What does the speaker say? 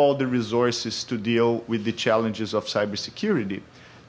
all the resources to deal with the challenges of cybersecurity